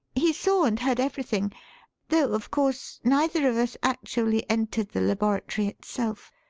he saw and heard everything though, of course, neither of us actually entered the laboratory itself.